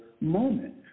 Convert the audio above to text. moment